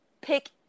pick